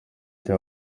cya